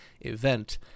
event